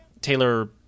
taylor